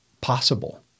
possible